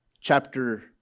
chapter